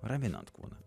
raminant kūną